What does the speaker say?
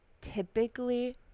typically